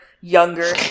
younger